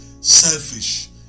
selfish